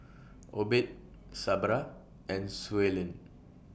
Obed Sabra and Suellen